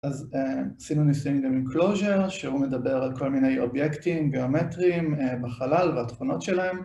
אז עשינו ניסיון עם קלוז'ר, שהוא מדבר על כל מיני אובייקטים גיאומטריים בחלל, והתכונות שלהם,